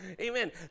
Amen